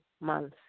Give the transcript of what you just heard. months